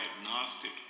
agnostic